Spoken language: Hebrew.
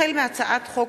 החל בהצעת חוק